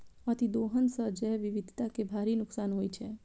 अतिदोहन सं जैव विविधता कें भारी नुकसान होइ छै